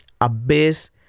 Abyss